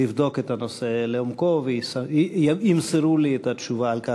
לבדוק את הנושא לעומקו וימסרו לי את התשובה על כך.